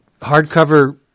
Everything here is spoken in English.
hardcover